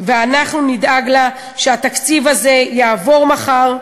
ואנחנו נדאג לה, שהתקציב הזה יעבור מחר,